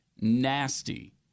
nasty